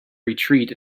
retreat